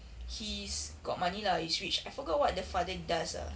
he's got money lah he's rich I forgot what the father does ah